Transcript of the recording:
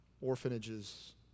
orphanages